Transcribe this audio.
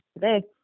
today